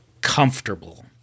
comfortable